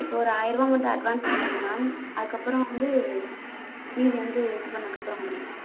இப்போ ஒரு ஆயிரம் ரூபா மட்டும் அட்வான்ஸ் கொடுங்க மேம் அதுக்கப்புறம் வந்து மீதி வந்து இது பண்ணிணதுக்கு அப்புறம் கொடுங்க